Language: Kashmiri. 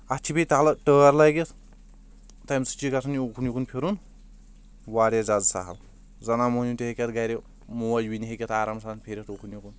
اتھ چھِ بییٚہِ تلہٕ ٹٲر لٲگتھ تمہِ سۭتۍ چھُ گژھان یہِ اُکُن یکُن پھرُن واریاہ زیادٕ سہل زنان موہنیوٗ تہِ ہیٚکہِ اتھ گرِ موج بیٚنہِ ہیٚکہِ اتھ آرام سان پھرتھ اُکن یِکُن